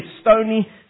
stony